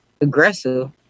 aggressive